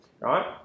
Right